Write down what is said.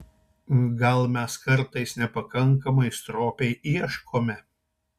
gal mes kartais nepakankamai stropiai ieškome